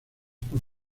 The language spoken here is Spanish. por